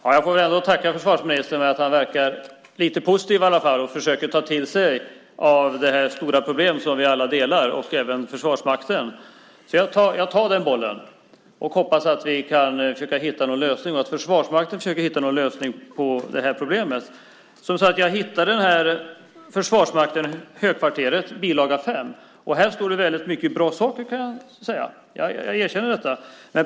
Herr talman! Jag får tacka försvarsministern. Han verkar vara lite positiv i alla fall, och han försöker ta till sig detta stora problem som vi alla, även Försvarsmakten, delar. Jag tar den bollen och hoppas att vi kan försöka hitta någon lösning - och att Försvarsmakten försöker hitta någon lösning - på detta problem. Jag hittade som sagt en bil. 5 från Försvarsmakten, och där står det väldigt mycket bra saker. Jag erkänner detta.